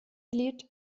lied